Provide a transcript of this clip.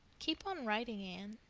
keep on writing, anne.